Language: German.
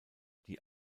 die